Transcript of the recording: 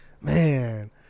man